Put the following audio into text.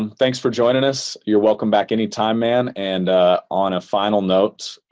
um thanks for joining us. you're welcome back any time, man. and on a final note,